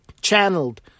channeled